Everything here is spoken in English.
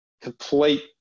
complete